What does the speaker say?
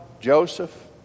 Joseph